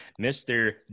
Mr